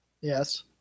Yes